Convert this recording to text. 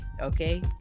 okay